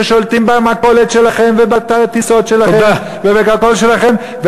ששולטים במכולת שלכם ובאתר הטיסות שלכם ובדרכון שלכם,